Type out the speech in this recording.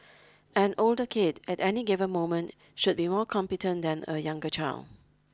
an older kid at any given moment should be more competent than a younger child